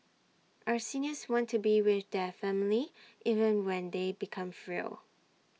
our seniors want to be with their family even when they become frail